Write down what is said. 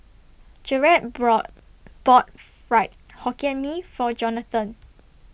Jaret brought bought Fried Hokkien Mee For Jonatan